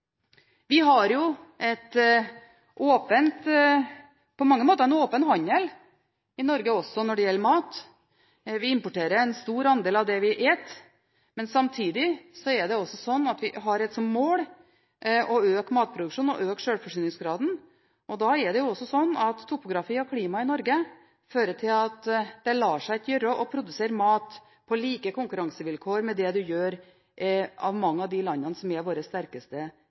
Vi har på mange måter en åpen handel i Norge, også når det gjelder mat. Vi importerer en stor andel av det vi spiser, men samtidig har vi som mål å øke matproduksjonen og sjølforsyningsgraden. Det er også sånn at topografi og klima i Norge fører til at det ikke lar seg gjøre å produsere mat på like konkurransevilkår som det man gjør i mange av de landene som er våre sterkeste